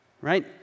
right